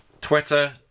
Twitter